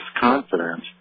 confidence